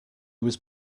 was